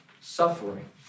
suffering